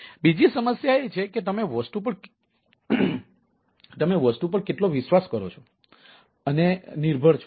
હવે બીજી સમસ્યા એ છે કે તમે વસ્તુ પર કેટલો વિશ્વાસ કરો છો અને નિર્ભર છો